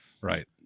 Right